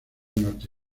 norte